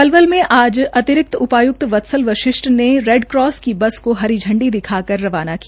पलवल मे आज अतिरिक्त उपायुक्त वत्सल वशिष्ठ ने रेडक्रास की बस को हरी झंडी दिखाकर रवाना किया